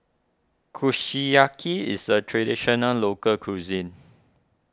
Kushiyaki is a Traditional Local Cuisine